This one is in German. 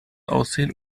aussehen